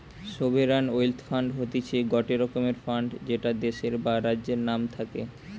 sovereign wealth fund হতিছে গটে রকমের ফান্ড যেটা দেশের বা রাজ্যের নাম থাকে